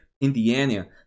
Indiana